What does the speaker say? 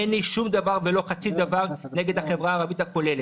אין לי שום דבר ולא חצי דבר עם החברה הכוללת.